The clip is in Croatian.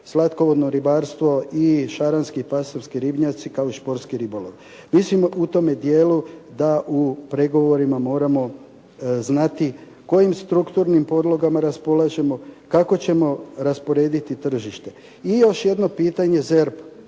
slatkovodno ribarstvo i šaranski i pastrvski ribnjaci kao športski ribolov. Mislimo u tome dijelu da u pregovorima moramo znati kojim strukturnim podlogama raspolažemo, kako ćemo rasporediti tržište. I još jedno pitanje ZERP.